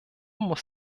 muss